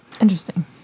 Interesting